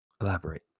elaborate